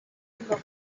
fundó